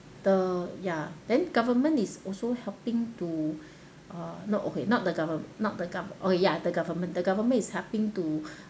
the ya then government is also helping to uh no okay not the govern~ not the go~ oh yeah the government the government is helping to